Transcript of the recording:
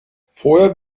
vorher